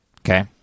Okay